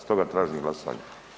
Stoga tražim glasovanje.